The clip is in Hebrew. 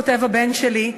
כותב הבן שלי,